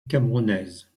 camerounaise